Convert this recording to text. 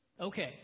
Okay